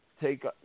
take